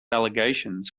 allegations